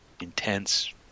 intense